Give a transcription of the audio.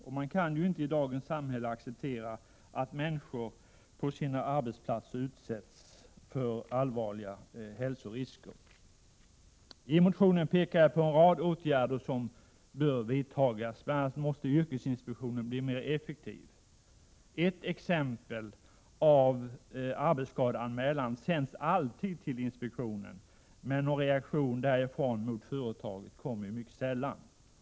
Vi kan i dagens samhälle inte acceptera att människor på sina arbetsplatser utsätts för allvarliga hälsorisker. I motionen pekar jag på en rad åtgärder som bör vidtas. Bl.a. måste yrkesinspektionen bli mer effektiv. Ett exemplar av arbetsskadeanmälan sänds alltid till inspektionen, men någon reaktion därifrån mot företaget kommer mycket sällan.